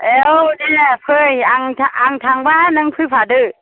ए औ दे फै आं आं थांबा नों फैफादो